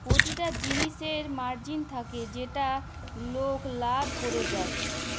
পতিটা জিলিসের মার্জিল থ্যাকে যেটতে লক লাভ ক্যরে যায়